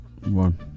one